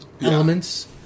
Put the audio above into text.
elements